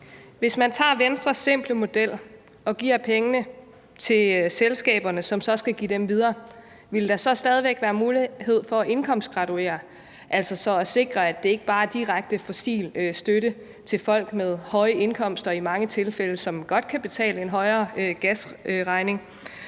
Hvis man tager Venstres simple model og giver pengene til selskaberne, som så skal give dem videre, ville der så stadig væk være mulighed for at indkomstgraduere, altså sikre, at det ikke i mange tilfælde bare er direkte støtte til fossile brændsler til folk med høje indkomster, som godt kan betale en højere gasregning?